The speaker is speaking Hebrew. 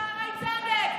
שערי צדק.